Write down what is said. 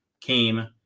came